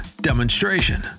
demonstration